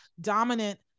dominant